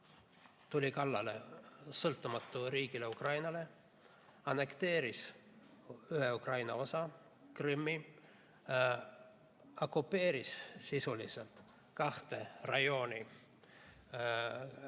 tuli kallale sõltumatule riigile Ukrainale, annekteeris ühe Ukraina osa, Krimmi, okupeeris sisuliselt kaks rajooni,